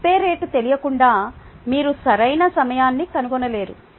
నింపే రేటు తెలియకుండా మీరు సరైన సమయాన్ని కనుగొనలేరు